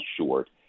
short